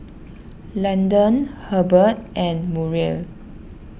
Landan Herbert and Muriel